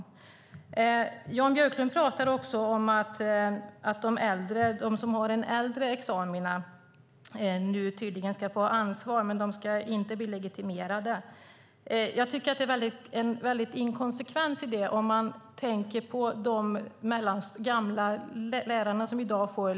Jan Björklund pratade också om att de som har en äldre examen nu tydligen ska få ansvar men inte bli legitimerade. Jag tycker att det är en väldig inkonsekvens i det.